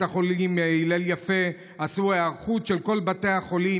החולים הלל יפה עשו היערכות של כל בתי החולים,